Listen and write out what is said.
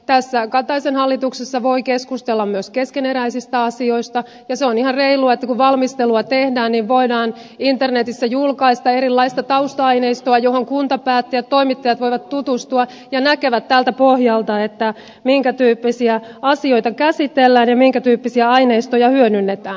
tässä kataisen hallituksessa voi keskustella myös keskeneräisistä asioista ja se on ihan reilua että kun valmistelua tehdään niin voidaan internetissä julkaista erilaista tausta aineistoa johon kuntapäättäjät toimittajat voivat tutustua ja näkevät tältä pohjalta minkä tyyppisiä asioita käsitellään ja minkä tyyppisiä aineistoja hyödynnetään